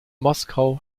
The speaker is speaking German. moskau